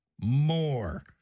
more